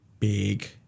big